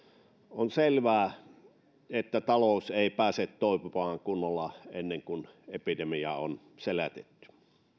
on selvää että talous ei pääse toipumaan kunnolla ennen kuin epidemia on selätetty